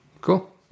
Cool